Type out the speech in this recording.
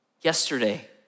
Yesterday